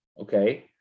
okay